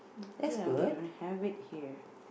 ya we don't have it here